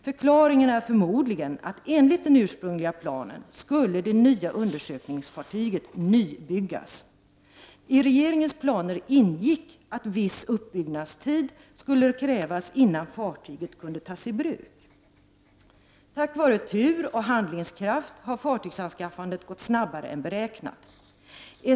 Förklaringen är förmodligen att det nya undersökningsfartyget enligt den ursprungliga planen skulle nybyggas. I regeringens planer ingick att viss uppbyggnadstid skulle krävas innan fartyget kunde tas i bruk. Tack vare tur och handlingskraft har fartygsanskaffandet gått snabbare än beräknat.